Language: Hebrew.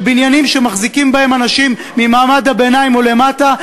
של בניינים שמחזיקים בהם אנשים ממעמד הביניים או למטה,